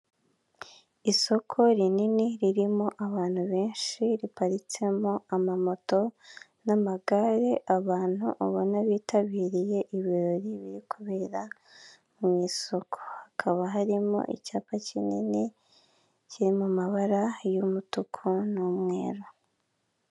Isoko rinini ririmo abantu benshi riparitsemo amamoto n'amagare abantu ubona bitabiriye ibirori biri kubera mu isuku hakaba harimo icyapa kinini kiri mabara y'umutuku n'umweru.